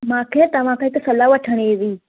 मांखे तव्हां खां हिक सलाह वठिणी हुई